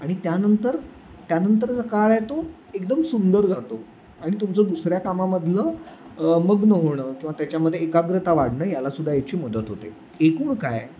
आणि त्यानंतर त्यानंतरचा काळ आहे तो एकदम सुंदर जातो आणि तुमचं दुसऱ्या कामामधलं मग्न होणं किंवा त्याच्यामध्ये एकाग्रता वाढणं याला सुद्धा याची मदत होते एकूण काय